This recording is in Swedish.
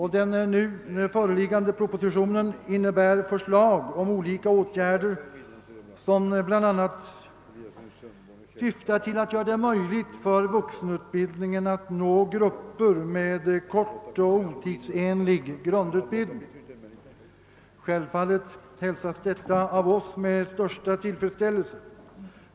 I den nu föreliggande propositionen föreslås olika åtgärder, som bl.a. syftar till att göra det möjligt för vuxenutbildningen att nå grupper med kort och otidsenlig grundutbildning. Självfallet hälsas detta av oss med största tillfredsställelse.